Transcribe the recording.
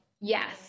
Yes